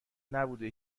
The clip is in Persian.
نبوده